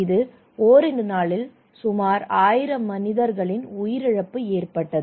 இந்த ஓரிரு நாளில் சுமார் ஆயிரம் மனிதர்களின் உயிரிழப்பு ஏற்பட்டது